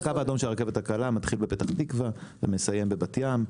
הקו האדום של הרכבת הקלה מתחיל בפתח תקווה ומסיים בבת ים,